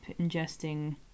ingesting